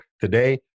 today